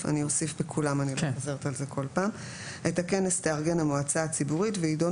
את הכנס תארגן המועצה הציבורית וידונו בו